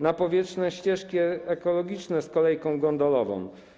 napowietrzne ścieżki ekologiczne z kolejką gondolową.